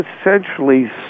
essentially